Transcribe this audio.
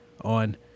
on